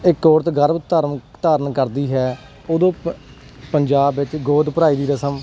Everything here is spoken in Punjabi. ਇੱਕ ਔਰਤ ਗਰਭ ਧਾਰਨ ਧਾਰਨ ਕਰਦੀ ਹੈ ਉਦੋਂ ਪ ਪੰਜਾਬ ਵਿੱਚ ਗੋਦ ਭਰਾਈ ਦੀ ਰਸਮ